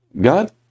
God